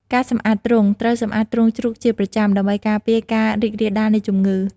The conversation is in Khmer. ការសម្អាតទ្រុង ត្រូវសម្អាតទ្រុងជ្រូកជាប្រចាំ ដើម្បីការពារការរីករាលដាលនៃជំងឺ។